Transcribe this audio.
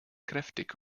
kräftig